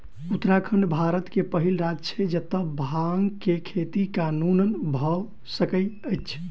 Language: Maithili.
उत्तराखंड भारत के पहिल राज्य छै जतअ भांग के खेती कानूनन भअ सकैत अछि